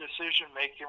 decision-making